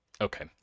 okay